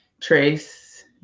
trace